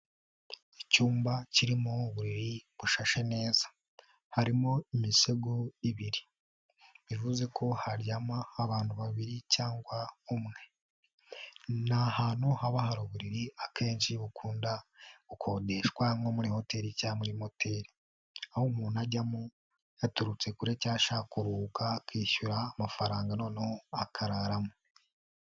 Icyumba kirimo uburi bushashe neza. Harimo imisego ibiri. Bivuzeko haryama abantu babiri cyangwa umwe. Ni ahantu haba hari uburiri akenshi bukunda gukodeshwa nko muri hoteri cyangwa muri moteri. Aho umuntu ajyamo yaturutse kure cyangwa ashaka kuruhuka akishyura amafaranga noneho akararamo.